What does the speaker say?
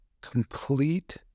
complete